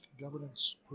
governance